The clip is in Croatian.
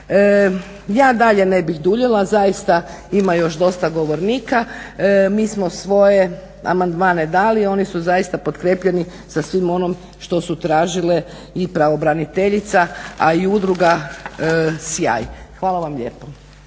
Ja dalje ne bih duljila zaista, ima još dosta govornika. Mi smo svoje amandmane dali, oni su zaista potkrijepljeni sa svim onim što su tražile i pravobraniteljica a i Udruga "Sjaj". Hvala vam lijepo.